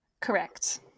Correct